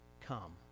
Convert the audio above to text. come